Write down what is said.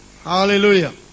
hallelujah